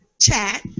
chat